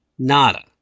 Nada